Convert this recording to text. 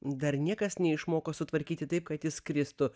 dar niekas neišmoko sutvarkyti taip kad jis skristų